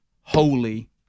holy